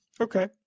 Okay